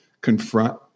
confront